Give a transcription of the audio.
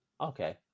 Okay